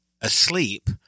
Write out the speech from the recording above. asleep